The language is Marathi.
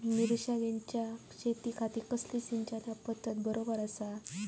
मिर्षागेंच्या शेतीखाती कसली सिंचन पध्दत बरोबर आसा?